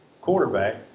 quarterback